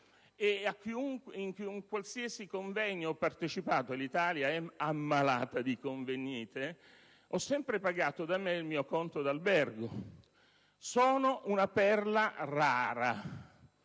e a qualsiasi convegno abbia partecipato - e l'Italia è ammalata di «convegnite» - ho sempre pagato da me il mio conto di albergo. Sono una perla rara: